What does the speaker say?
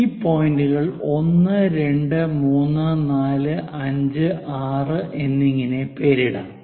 ഈ പോയിന്റുകൾക്ക് 1 2 3 4 5 6 എന്നിങ്ങനെ പേരിടാം